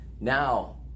Now